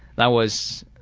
that was